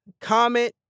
comment